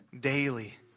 daily